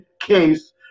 case